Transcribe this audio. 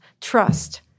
trust